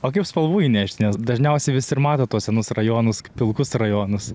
o kaip spalvų įnešt nes dažniausiai visi ir mato tuos senus rajonus pilkus rajonus